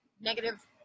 negative